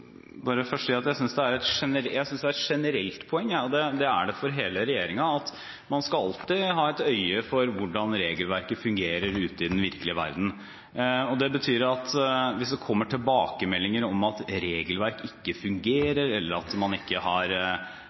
bare først si at jeg synes det er et generelt poeng, og det er det for hele regjeringen, at man alltid skal ha et øye for hvordan regelverket fungerer ute i den virkelige verden. Det betyr at hvis det kommer tilbakemeldinger om at regelverk ikke fungerer, eller at de ikke har